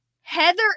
Heather